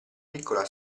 piccola